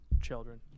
children